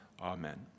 amen